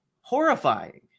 horrifying